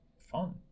fun